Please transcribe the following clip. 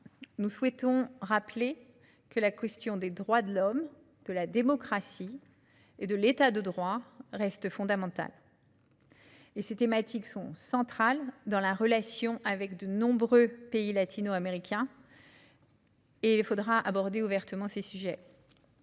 nous souhaitons rappeler que les questions des droits de l'Homme, de la démocratie et de l'État de droit restent fondamentales. Ces thématiques sont centrales dans la relation avec de nombreux pays latino-américains, et il conviendra d'aborder ouvertement ces sujets.